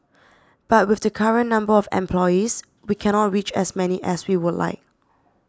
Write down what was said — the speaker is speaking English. but with the current number of employees we cannot reach as many as we would like